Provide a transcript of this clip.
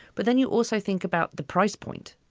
but then you also think about the price point.